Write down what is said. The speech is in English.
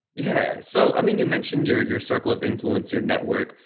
yeah. so i mean, you mentioned your, your circle of influence your network.